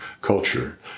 culture